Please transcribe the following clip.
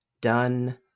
done